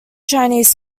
chinese